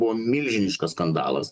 buvo milžiniškas skandalas